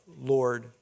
Lord